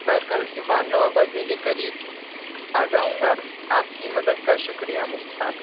میں کل صبح نو بجے کے قریب آ جاؤں گا آپ کی مدد کا شکریہ مختار